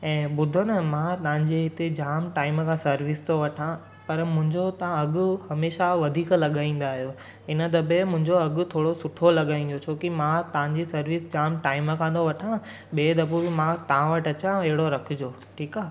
ऐं ॿुधो न मां तव्हांजे हिते जामु टाइम खां सर्विस थो वठां पर मुंहिंजो तव्हां अघु हमेशा वधीक लॻाईंदा आहियो हिन दफ़े मुंहिंजो अघु थोरो सुठो लॻाईंदव छोकी मां तव्हांजी सर्विस जामु टाइम खां थो वठां ॿिए दफ़ो बि मां तव्हां वटि अचां अहिड़ो रखिजो ठीकु आहे